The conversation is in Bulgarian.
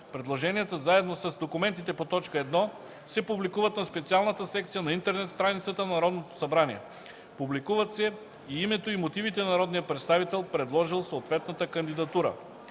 Предложенията заедно с документите по т. 1 се публикуват на специалната секция на интернет страницата на Народното събрание. Публикуват се и името, и мотивите на народния представител, предложил съответната кандидатура.